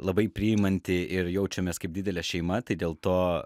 labai priimanti ir jaučiamės kaip didelė šeima tai dėl to